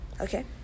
Okay